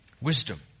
wisdom